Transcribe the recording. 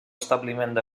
establiment